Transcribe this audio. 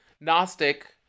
gnostic